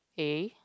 A